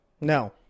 No